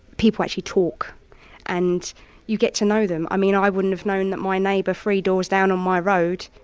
people actually talk and you get to know them. i mean i wouldn't have known that my neighbour, three doors down on my road,